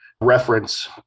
reference